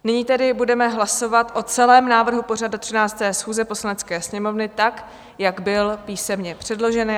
Nyní tedy budeme hlasovat o celém návrhu pořadu 13. schůze Poslanecké sněmovny tak, jak byl písemně předložen.